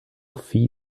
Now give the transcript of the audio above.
fee